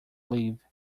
live